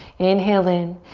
inhale in.